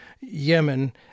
Yemen